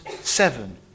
seven